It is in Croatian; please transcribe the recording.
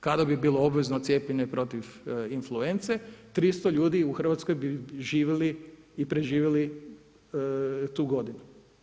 Kada bi bilo obvezno cijepljenje protiv influence 300 ljudi u Hrvatskoj bi živjeti i preživjeli tu godinu.